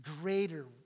greater